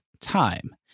time